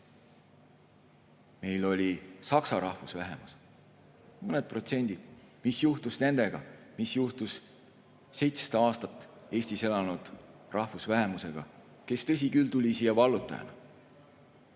Meil oli saksa rahvusvähemus, mõned protsendid. Mis nendega juhtus? Mis juhtus 700 aastat Eestis elanud rahvusvähemusega, kes, tõsi küll, tuli siia vallutajana?